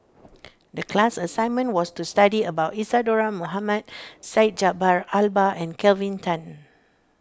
the class assignment was to study about Isadhora Mohamed Syed Jaafar Albar and Kelvin Tan